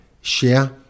share